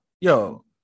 Yo